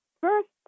First